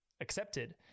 accepted